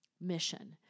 mission